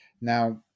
now